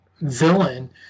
villain